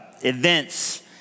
events